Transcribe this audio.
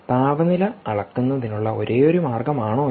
താപനില അളക്കുന്നതിനുള്ള ഒരേയൊരു മാർഗ്ഗമാണോ ഇത്